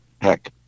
heck